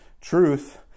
truth